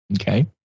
Okay